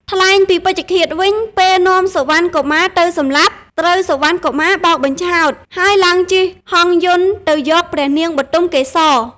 ថ្លែងពីពេជ្ឈឃាតវិញ ពេលនាំសុវណ្ណកុមារទៅសម្លាប់ ត្រូវសុវណ្ណកុមារបោកបញ្ឆោត ហើយឡើងជិះហង្សយន្តទៅយកព្រះនាងបុទមកេសរ។